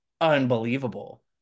unbelievable